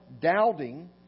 doubting